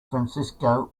francisco